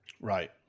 right